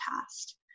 past